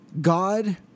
God